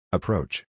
Approach